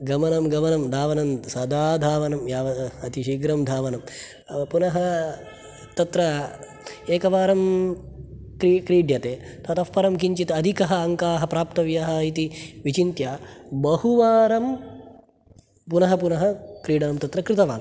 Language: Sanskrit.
गमनं गमनं धावनं सदा धावनं याव अतिशीघ्रं धावनं पुनः तत्र एकवारं क्रीड्यते ततः परं किञ्चित् अधिकः अङ्काः प्राप्तव्याः इति विचिन्त्य बहुवारं पुनः पुनः क्रीडां तत्र कृतवान्